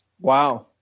Wow